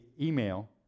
email